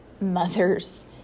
mothers